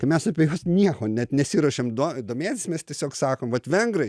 kai mes apie juos nieko net nesiruošiam do domėtis mes tiesiog sakom vat vengrai